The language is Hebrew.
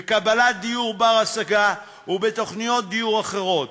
בקבלת דיור בר-השגה ובתוכניות דיור אחרות,